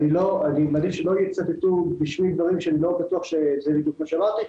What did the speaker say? אני מעדיף שלא יצטטו בשמי דברים שאני לא בטוח שזה בדיוק מה שאמרתי,